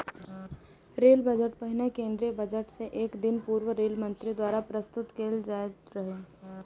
rail budget पहिने केंद्रीय budget सं एक दिन पूर्व रेल मंत्री द्वारा प्रस्तुत कैल जाइत रहै